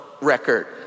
record